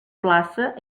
plaça